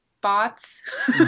bots